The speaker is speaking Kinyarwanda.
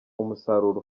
umusaruro